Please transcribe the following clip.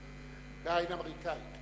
הבעיה אינה אמריקנית...